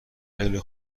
خیلی